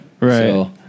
right